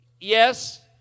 Yes